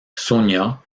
sonia